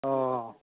ओऽ